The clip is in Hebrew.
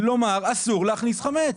לומר אסור להכניס חמץ.